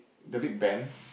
the Big-Ben